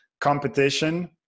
competition